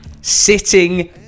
Sitting